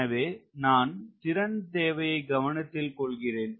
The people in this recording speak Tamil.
எனவே நான் திறன் தேவையை கவனத்தில் கொள்கிறேன்